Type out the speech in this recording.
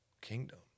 kingdom